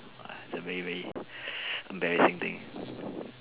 ah it is a very very embarrassing thing